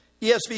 ESV